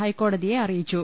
ഹൈക്കോടതിയെ അറി യിച്ചു